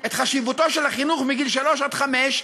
את חשיבותו של החינוך מגיל שלוש עד חמש,